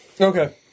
Okay